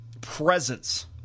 presence